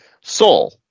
Soul